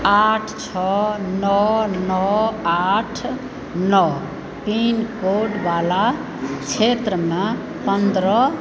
आठ छओ नओ नओ आठ नओ पिनकोडवला क्षेत्रमे पन्द्रह